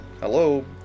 Hello